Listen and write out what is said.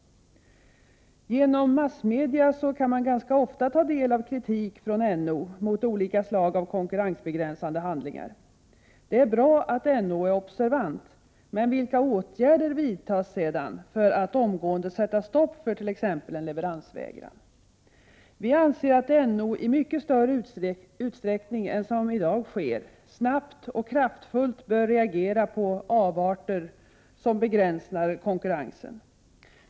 Genom massmedia kan man ganska ofta ta del av kritik från NO mot olika slag av konkurrensbegränsande handlingar. Det är bra att NO är observant, men vilka åtgärder vidtas sedan för att omgående sätta stopp för t.ex. en leveransvägran? Vi anser att NO, i mycket större utsträckning än som i dag sker, snabbt och kraftfullt bör reagera på avarter som begränsar konkurrensen.